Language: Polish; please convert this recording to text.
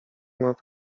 nad